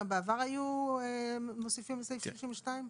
גם בעבר היו מוסיפים לסעיף 32?